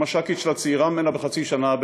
כשהמש"קית שלה צעירה ממנה בחצי שנה,